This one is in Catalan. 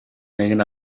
neguen